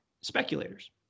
speculators